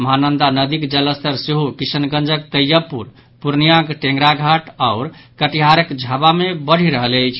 महानंदा नदीक जलस्तर सेहो किशनगंजक तैयबपुर पूर्णियाक ढ़ेगराघाट आओर कटिहारक झावा मे बढ़ि रहल अछि